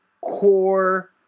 core